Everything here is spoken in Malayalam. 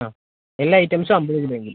ആ എല്ലാ ഐറ്റംസും അൻപത് കിലോ എങ്കിലും